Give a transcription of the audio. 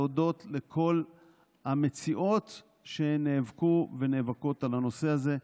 להודות לכל המציעות שנאבקו ונאבקות על הנושא הזה.